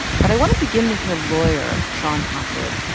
but i want to begin with her lawyer, shon hopwood,